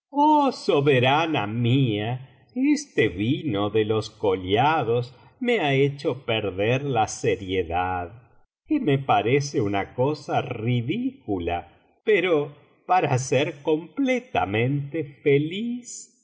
soberana raía este vino de los collados me ha hecho perder la seriedad que me parece una cosa ridicula pero para ser completamente feliz